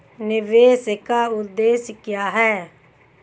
निवेश का उद्देश्य क्या है?